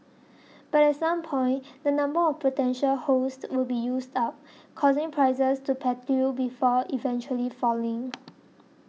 but at some point the number of potential hosts would be used up causing prices to plateau before eventually falling